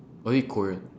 or is it korean